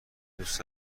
دوست